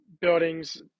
buildings